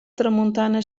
tramuntana